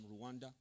Rwanda